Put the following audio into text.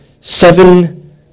Seven